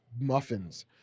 muffins